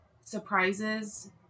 surprises